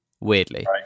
weirdly